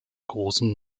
großem